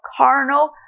carnal